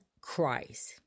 Christ